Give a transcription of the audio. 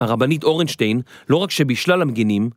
הרבנית אורנשטיין, לא רק שבשלל המגינים